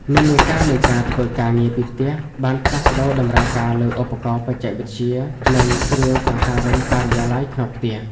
និន្នាការនៃការធ្វើការងារពីផ្ទះ បានផ្លាស់ប្តូរតម្រូវការលើឧបករណ៍បច្ចេកវិទ្យា និងគ្រឿងសង្ហារឹមការិយាល័យក្នុងផ្ទះ។